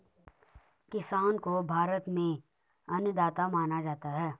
किसान को भारत में अन्नदाता माना जाता है